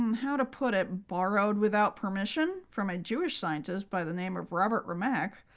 um how to put it? borrowed without permission from a jewish scientist by the name of robert remak,